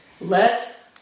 Let